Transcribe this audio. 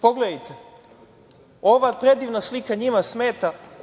Pogledajte, ova predivna slika njima smeta.